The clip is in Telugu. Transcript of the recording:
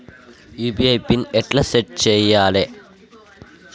యూ.పీ.ఐ పిన్ ఎట్లా సెట్ చేయాలే?